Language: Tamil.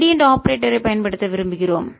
கிரேடியண்ட் ஆபரேட்டர் ஐ பயன்படுத்த விரும்புகிறோம்